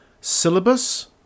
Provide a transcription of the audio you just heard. syllabus